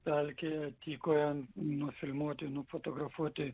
pelkėje tyko nufilmuoti nufotografuoti